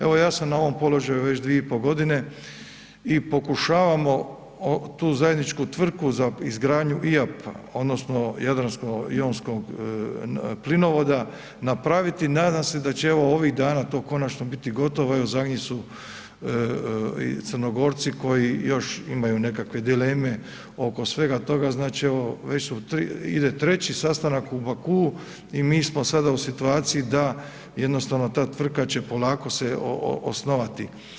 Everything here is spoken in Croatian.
Evo ja sam na ovom položaju već 2,5 g. i pokušavamo tu zajedničku tvrtku za izgradnju IAP odnosno Jadransko-jonskog plinovoda napraviti, nadam se da će evo ovih dana to konačno biti gotovo, zadnji su i Crnogorci koji još imaju nekakve dileme oko svega toga, znači evo ide treći sastanak u Baku i mi smo sada u situaciji da jednostavno ta tvrtka će polako se osnovati.